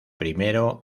primero